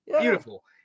beautiful